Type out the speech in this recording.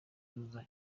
kuzuza